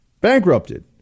bankrupted